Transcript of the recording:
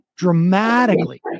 Dramatically